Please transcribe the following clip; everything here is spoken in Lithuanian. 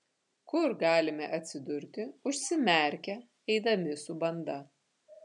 kur galime atsidurti užsimerkę eidami su banda